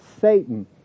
Satan